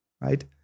right